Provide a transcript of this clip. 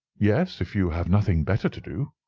yes, if you have nothing better to do.